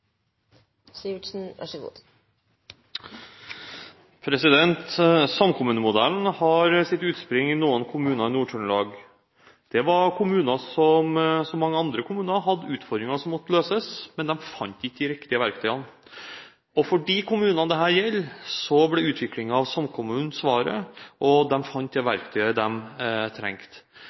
Samkommunemodellen har sitt utspring i noen kommuner i Nord-Trøndelag. Det var kommuner som så mange andre kommuner hadde utfordringer som måtte løses, men de fant ikke de riktige verktøyene. For de kommunene dette gjelder, ble utviklingen av samkommunen svaret, og de fant det verktøyet de trengte.